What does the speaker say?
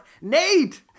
Nate